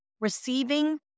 receiving